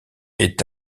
est